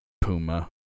puma